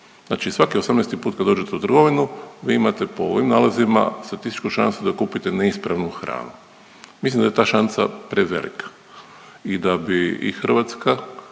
Znači svaki 18 put kad dođete u trgovinu vi imate po ovim nalazima statističku šansu da kupite neispravnu hranu. Mislim da je ta šansa prevelika i da bi i Hrvatska,